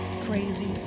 crazy